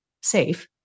safe